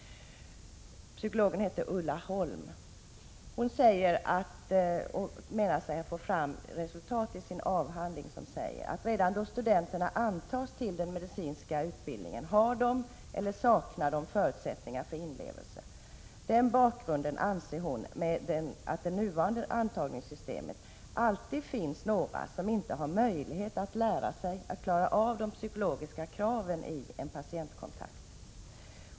Psykologen i fråga heter Ulla Holm. I sin avhandling säger hon sig ha kommit till resultatet att studenterna redan då de antas till den medicinska utbildningen har eller saknar förutsättningar för inlevelse. Med de nuvarande antagningssystemen, anser hon, finns det alltid några som inte har möjlighet att lära sig klara de psykologiska kraven i en patientkontakt.